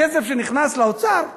הכסף שנכנס לאוצר הלך,